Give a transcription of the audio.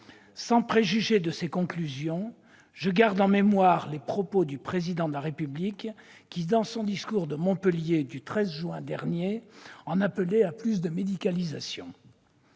Sans préjuger ses conclusions, je garde en mémoire les propos du Président de la République, qui, dans son discours de Montpellier du 13 juin dernier, en appelait à plus de médicalisation.